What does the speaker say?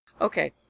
Okay